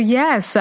yes